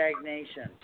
stagnation